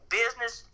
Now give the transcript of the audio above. business